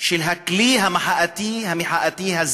של הכלי המחאתי הזה